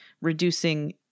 reducing